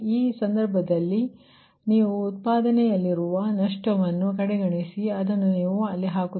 ಈ ಸಂದರ್ಭದಲ್ಲಿ ನೀವು ಉತ್ಪಾದನೆಯಲ್ಲಿರುವ ನಷ್ಟವನ್ನು ಕಡೆಗಣಿಸಿ ಅದನ್ನು ನೀವು ಅಲ್ಲಿ ಹಾಕುತ್ತೀರಿ